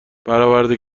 برآورده